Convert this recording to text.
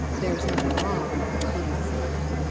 there's nothing wrong? he asked suddenly.